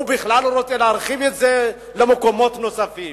בכלל רוצה להרחיב את זה למקומות נוספים,